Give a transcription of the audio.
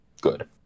good